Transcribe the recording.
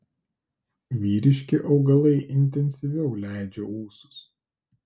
vyriški augalai intensyviau leidžia ūsus